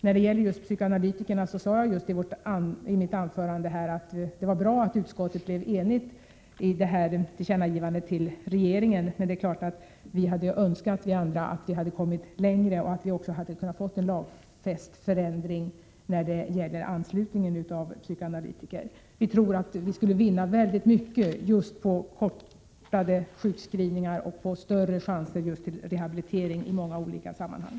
När det gäller psykoanalytikerna sade jag i mitt anförande att det var bra att utskottet blev enigt om tillkännagivandet till regeringen, men det är klart att vi andra hade önskat att vi hade kommit längre och att vi hade kunnat få tillstånd en lagfäst förändring när det gäller anslutningen av psykoanalytiker. Vi tror att vi därmed skulle vinna mycket i form av kortare sjukskrivningar och större chanser till rehabilitering i många olika sammanhang.